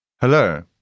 Hello